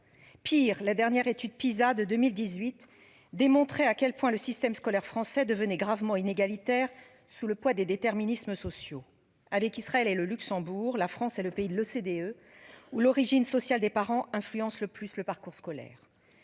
pire la dernière étude Pisa de 2018 démontré à quel point le système scolaire français devenait gravement inégalitaire sous le poids des déterminismes sociaux avec Israël et le Luxembourg, la France est le pays de l'OCDE où l'origine sociale des parents influencent le plus le parcours scolaire.